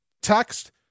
text